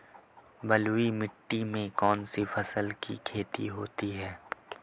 बलुई मिट्टी में कौनसी फसल की खेती होती है?